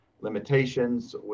limitations